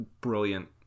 brilliant